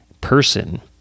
person